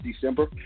December